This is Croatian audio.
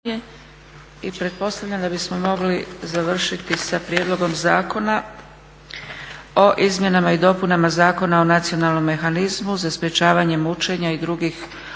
I pretpostavljam da bismo mogli završiti sa - Prijedlog zakona o izmjenama i dopunama Zakona o nacionalnom mehanizmu za sprečavanje mučenja i drugih okrutnih,